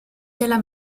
della